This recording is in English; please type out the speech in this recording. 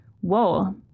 whoa